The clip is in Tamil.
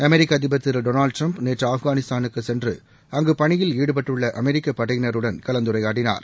அமெரிக்கஅதிபர் திருடொனால்ட் ட்ரம்ப் நேற்றுஆப்கானிஸ்தானுக்குசென்றுஅங்குபணியில் ஈடுபட்டுள்ள அமெரிக்கபடையினருடன் கலந்துரையாடினார்